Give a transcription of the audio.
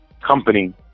company